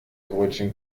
brötchen